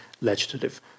legislative